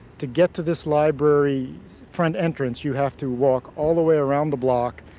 to get to this library front entrance you have to walk all the way around the block.